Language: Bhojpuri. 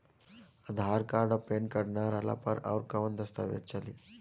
आधार कार्ड आ पेन कार्ड ना रहला पर अउरकवन दस्तावेज चली?